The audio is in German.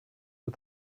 der